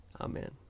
Amen